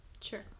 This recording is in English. Sure